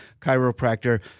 chiropractor